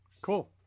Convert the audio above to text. cool